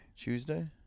Tuesday